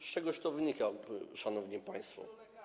Z czegoś to wynika, szanowni państwo.